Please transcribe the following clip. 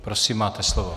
Prosím, máte slovo.